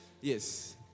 Yes